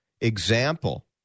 example